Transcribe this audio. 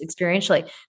experientially